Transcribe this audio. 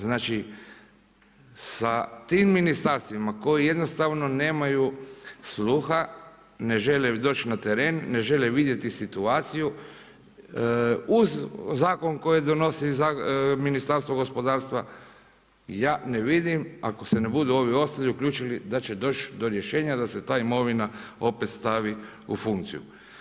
Znači sa tim ministarstvima koji jednostavno nemaju sluha, ne žele doći na teren, ne žele vidjeti situaciju, uz zakon koji donosi Ministarstvo gospodarstva, ja ne vidim ako se ne budu ovi ostali uključili da će doći do rješenja da se ta imovina opet stavi u funkciju.